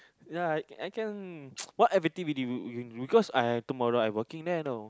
ya I I can what activity do we do cause tomorrow I working there you know